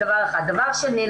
דבר שני,